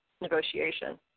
negotiation